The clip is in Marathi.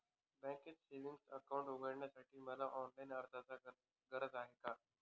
बँकेत सेविंग्स अकाउंट उघडण्यासाठी मला ऑनलाईन अर्जाची गरज आहे का?